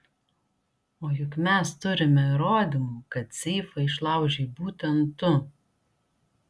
o juk mes turime įrodymų kad seifą išlaužei būtent tu